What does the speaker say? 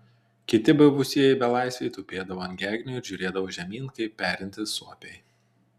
kiti buvusieji belaisviai tupėdavo ant gegnių ir žiūrėdavo žemyn kaip perintys suopiai